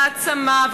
והעצמה,